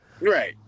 right